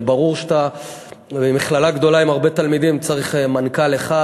הרי ברור שלמכללה גדולה עם הרבה תלמידים צריך מנכ"ל אחד,